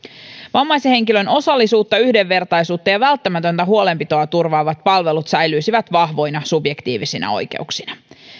vammaisen henkilön osallisuutta yhdenvertaisuutta ja välttämätöntä huolenpitoa turvaavat palvelut säilyisivät vahvoina subjektiivisina oikeuksina